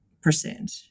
percent